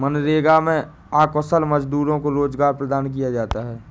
मनरेगा में अकुशल मजदूरों को रोजगार प्रदान किया जाता है